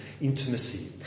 intimacy